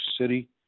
City